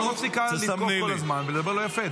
את לא מפסיקה לתקוף כל הזמן ולדבר לא יפה,